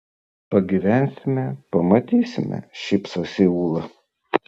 pagyvensime pamatysime šypsosi ūla